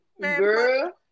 girl